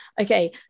Okay